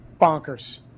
Bonkers